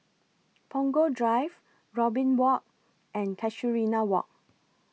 Punggol Drive Robin Walk and Casuarina Walk